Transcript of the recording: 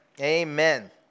Amen